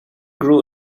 grew